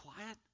quiet